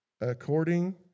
according